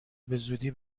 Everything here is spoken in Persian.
بزودی